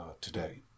today